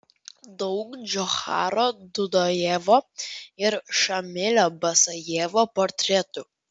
daug džocharo dudajevo ir šamilio basajevo portretų